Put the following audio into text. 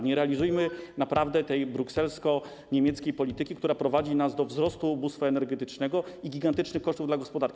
Nie realizujmy tej brukselsko-niemieckiej polityki, która prowadzi nas do wzrostu ubóstwa energetycznego i gigantycznych kosztów dla gospodarki.